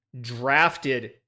drafted